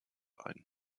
ein